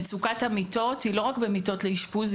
מצוקת המיטות היא לא רק במיטות לאשפוז,